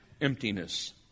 emptiness